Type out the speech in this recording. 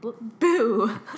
Boo